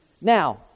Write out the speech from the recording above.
Now